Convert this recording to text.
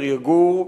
שבר יגור,